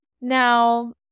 Now